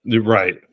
Right